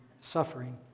suffering